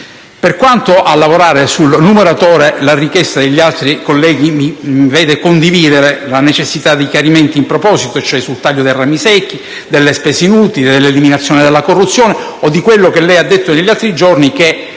Quanto a lavorare sul numeratore, la richiesta degli altri colleghi mi vede condividere la necessità di chiarimenti in proposito. Mi riferisco al taglio dei rami secchi, delle spese inutili, all'eliminazione della corruzione o a ciò di cui ha parlato nei giorni scorsi,